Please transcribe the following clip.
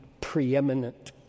preeminent